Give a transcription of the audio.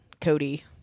Cody